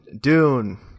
dune